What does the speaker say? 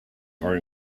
are